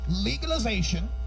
legalization